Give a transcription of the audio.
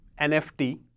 NFT